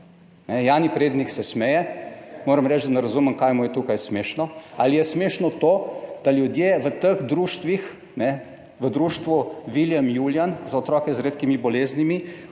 Jani Prednik se smeje. Moram reči, da ne razumem, kaj mu je tukaj smešno. Ali je smešno to, da ljudje v teh društvih, kajne, v Društvu Viljem Julijan za otroke z redkimi boleznimi,